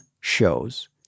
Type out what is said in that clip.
shows